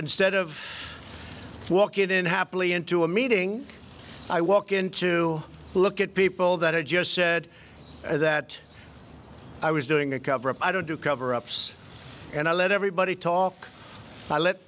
and stead of walking it in happily into a meeting i walk in to look at people that i just said that i was doing a cover of i don't do cover ups and i let everybody talk i let